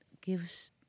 gives